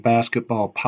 Basketball